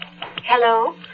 Hello